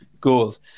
goals